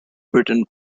britain